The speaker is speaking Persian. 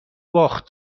باخت